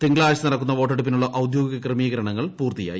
തിങ്കളാഴ്ച നടക്കുന്ന വോട്ടെടുപ്പിനുള്ള ഔദ്യോഗിക ക്രമീകരണങ്ങൾ പൂർത്തിയായി